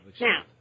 Now